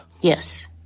Yes